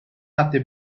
hatte